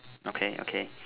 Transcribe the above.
okay okay